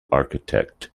architect